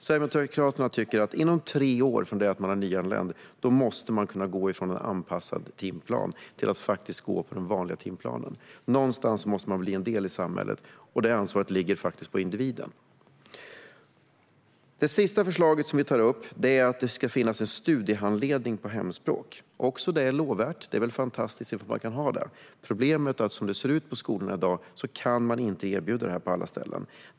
Sverigedemokraterna tycker att inom tre år från att man är nyanländ måste man kunna gå från en anpassad timplan till den vanliga timplanen. Någon gång måste man bli en del i samhället, och det ansvaret ligger faktiskt på individen. Den sista saken vi tar upp är att det ska finnas en studiehandledning på hemspråk. Också det är lovvärt. Det är väl fantastiskt om man kan ha det. Problemet är att som det ser ut i dag kan man inte erbjuda detta i alla skolor.